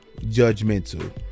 judgmental